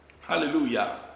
hallelujah